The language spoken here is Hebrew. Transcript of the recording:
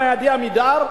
"עמידר",